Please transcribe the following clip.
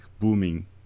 booming